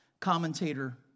Commentator